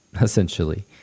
essentially